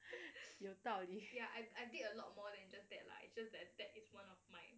有道理